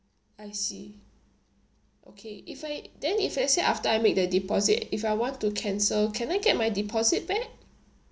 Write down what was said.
I see okay if I then if let's say after I make the deposit if I want to cancel can I get my deposit back